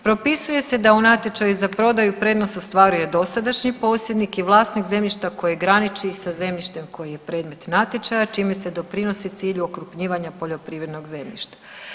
Propisuje se da u natječaju za prodaju prednost ostvaruje dosadašnji posjednik i vlasnik zemljišta koji graniči sa zemljištem koje je predmet natječaja čime se doprinosi cilju okrupnjivanja poljoprivrednog zemljišta.